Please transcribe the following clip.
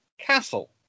castle